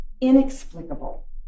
inexplicable